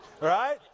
right